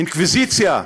אינקוויזיציה,